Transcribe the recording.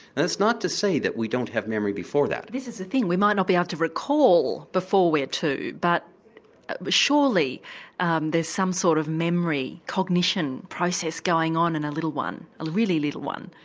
and it's not to say that we don't have memory before that. this is the thing, we might not be able ah to recall before we're two but but surely and there's some sort of memory cognition process going on in a little one, a really little one?